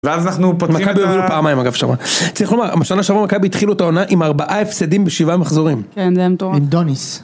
ואז אנחנו פותחים את ה... מכבי הובילו פעמיים אגב, שמה. צריך לומר, בשנה שעברה מכבי התחילו את העונה עם ארבעה הפסדים בשבעה מחזורים.כן, זה היה מטורף. עם דוניס.